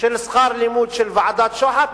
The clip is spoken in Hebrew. של שכר הלימוד של ועדת-שוחט,